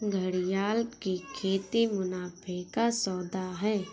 घड़ियाल की खेती मुनाफे का सौदा है